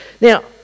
Now